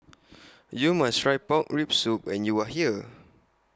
YOU must Try Pork Rib Soup when YOU Are here